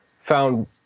found